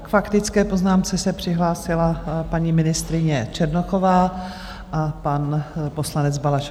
K faktické poznámce se přihlásila paní ministryně Černochová a pan poslanec Balaš.